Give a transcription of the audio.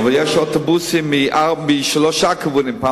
יש שם אוטובוסים משלושה כיוונים,